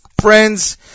friends